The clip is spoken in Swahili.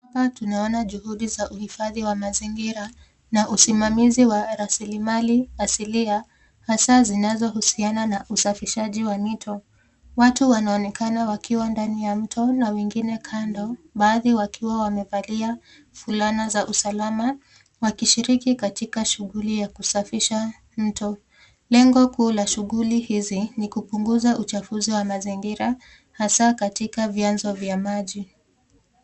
Hapa tunaona juhudi za uhifadhi wa mazingira na usimamizi wa rasilimali asilia hasa zinazohusiana na usafishaji wa mito. Watu wanaonekana wakiwa ndani ya mto na wengine kando, baadhi wakiwa wamevalia fulana za usalama wakishiriki katika shughuli ya kusafisha mto. Lengo kuu la shughuli hizi ni kupunguza uchafuzi wa mazingira hasa katika vianzo vya maji.